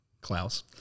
Klaus